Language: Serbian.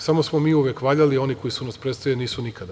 Samo smo mi uvek valjali, a oni koji su nas predstavljali nisu nikada.